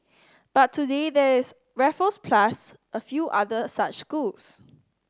but today there is Raffles plus a few other such schools